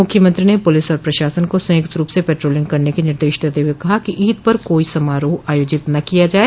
मुख्यमंत्री ने पुलिस व प्रशासन को संयुक्तरूप से पेट्रोलिंग करने के निदेश देते हुए कहा कि ईद पर कोई समारोह आयोजित न किया जाए